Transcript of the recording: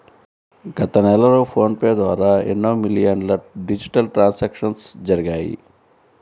గత నెలలో PhonePe ద్వారా ఎన్నో మిలియన్ల డిజిటల్ ట్రాన్సాక్షన్స్ జరిగాయి